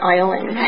Island